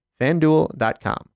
FanDuel.com